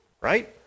Right